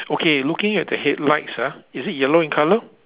okay looking at the headlights ah is it yellow in colour